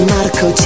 Marco